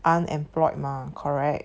unemployed mah correct